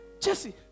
Jesse